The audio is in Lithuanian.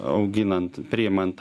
auginant priimant